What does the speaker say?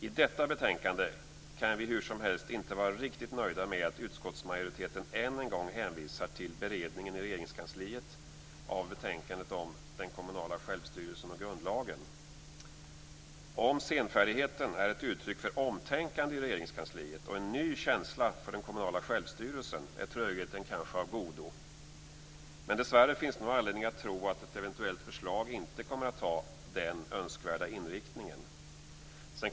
I detta betänkande kan vi hur som helst inte vara riktigt nöjda med att utskottsmajoriteten än en gång hänvisar till beredningen i Regeringskansliet av betänkandet om den kommunala självstyrelsen och grundlagen. Om senfärdigheten är ett uttryck för omtänkande i Regeringskansliet och en ny känsla för den kommunala självstyrelsen är trögheten kanske av godo, men dessvärre finns det nog anledning att tro att ett eventuellt förslag inte kommer att ha den önskvärda inriktningen.